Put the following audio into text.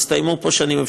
הסתיימו פה שנים.